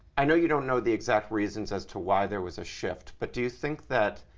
i know you don't know the exact reasons as to why there was a shift, but do you think that